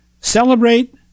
celebrate